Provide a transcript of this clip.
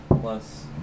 plus